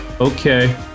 Okay